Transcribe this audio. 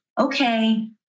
okay